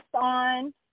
on